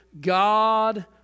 God